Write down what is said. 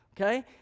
Okay